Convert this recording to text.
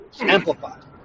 amplified